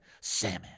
Salmon